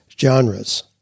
genres